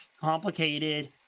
complicated